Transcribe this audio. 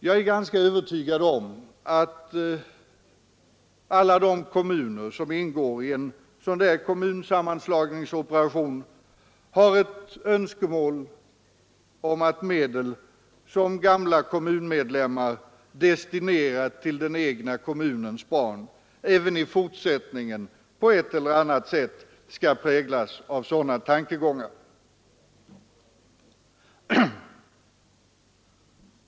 Jag tror att alla de kommuner som ingår i en kommunsammanslagningsoperation har ett önskemål om att användningen av de medel som gamla kommunmedlemmar destinerat till den egna kommunens barn även i fortsättningen på ett eller annat sätt skall präglas av donators tankegångar.